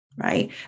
right